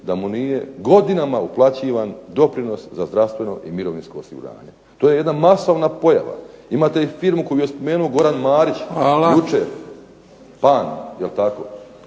da mu nije godinama uplaćivan doprinos za zdravstveno i mirovinsko osiguranje. To je jedna masovna pojava. Imate i firmu koju je spomenuo Goran Marić jučer… **Bebić, Luka